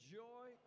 joy